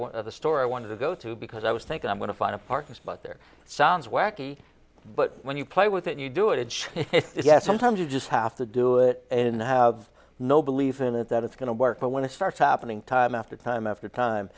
at the store i wanted to go to because i was thinking i'm going to find a parking spot there sounds wacky but when you play with it you do it check it yes sometimes you just have to do it in the have no believe in it that it's going to work but when it starts happening time after time after time